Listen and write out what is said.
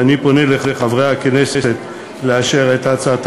ואני פונה לחברי הכנסת לאשר את הצעת